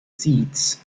seeds